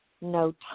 no